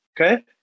Okay